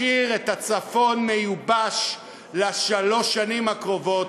משאיר את הצפון מיובש לשלוש השנים הקרובות,